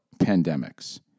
pandemics